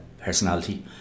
personality